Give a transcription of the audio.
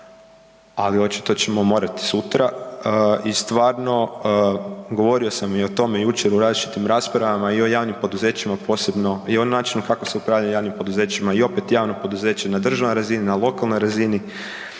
ali očito ćemo morati sutra i stvarno govorio sam i o tome jučer u različitim raspravama i o javnim poduzećima, posebno i o načinu kako se upravlja javnim poduzećima i opet javno poduzeće na državnoj razini, na lokalnoj razini,